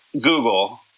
Google